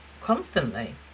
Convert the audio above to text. constantly